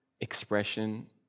expression